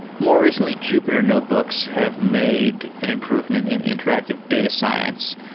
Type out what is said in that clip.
more recently, jupyter notebooks have made an improvement in interactive data science.